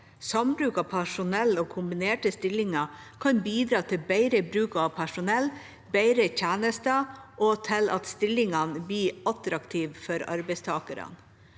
Sambruk av personell og kombinerte stillinger kan bidra til bedre bruk av personell, til bedre tjenester og til at stillingene blir attraktive for arbeidstakerne.